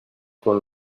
con